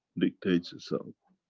dictates itself.